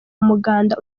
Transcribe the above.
umuganda